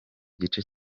gice